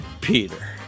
Peter